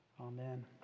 amen